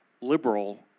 liberal